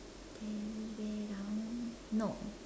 teddy bear down no